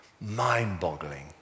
mind-boggling